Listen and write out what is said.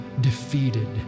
defeated